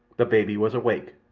the baby was awake!